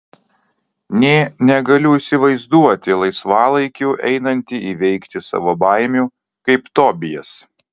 nė negaliu įsivaizduoti laisvalaikiu einanti įveikti savo baimių kaip tobijas